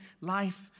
life